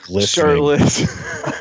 shirtless